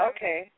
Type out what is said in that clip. Okay